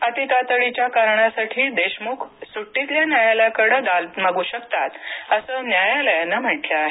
अती तातडीच्या कारणासाठी देशमुख सुट्टीतल्या न्यायालयाकडे दाद मागू शकतात असं न्यायालयानं म्हटलं आहे